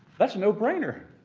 that's a no brainer!